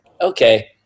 okay